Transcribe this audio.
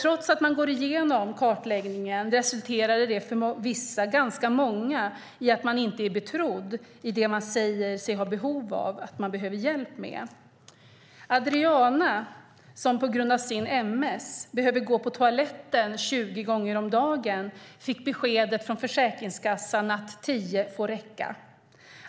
Trots att man går igenom kartläggningen resulterar den för ganska många i att man inte är betrodd när det gäller det man säger sig ha behov av att få hjälp med. Adriana som på grund av sin MS behöver gå på toaletten tjugo gånger om dagen fick från Försäkringskassan beskedet att tio gånger får räcka.